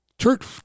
Church